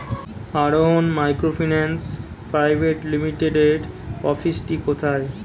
আরোহন microfinance private লিমিটেডের অফিসটি কোথায়?